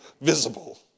visible